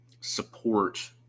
support